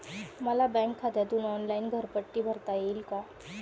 मला बँक खात्यातून ऑनलाइन घरपट्टी भरता येईल का?